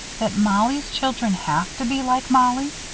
that mollie's children have to be like mollie?